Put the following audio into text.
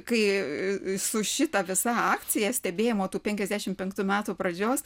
kai su šita visa akcija stebėjimo tų penkiasdešimt penktų metų pradžios